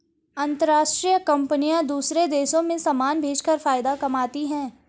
अंतरराष्ट्रीय कंपनियां दूसरे देशों में समान भेजकर फायदा कमाती हैं